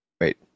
Wait